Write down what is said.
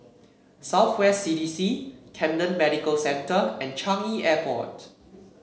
South West C D C Camden Medical Center and Changi Airport